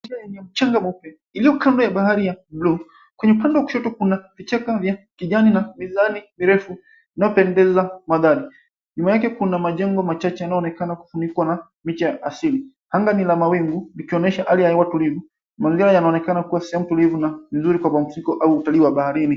Yenye mchanga mweupe iliyokando ya bahari ya blue. Kwenye upande wa kushoto kuna vichaka vya kijani na mizani mirefu inayopendeza mandhari. Nyuma yake kuna majengo machache yanayoonekana kufunikwa na miti ya asili. Anga ni la mawingu likionyesha hali ya utulivu. Mandhari yanaonekana kuwa sehemu tulivu na nzuri kwa mapumziko au utalii wa baharini.